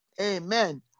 amen